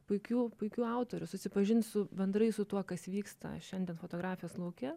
puikių puikių autorių susipažint su bendrai su tuo kas vyksta šiandien fotografijos lauke